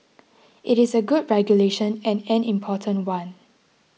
it is a good regulation and an important one